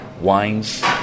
Wines